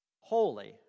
Holy